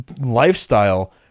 lifestyle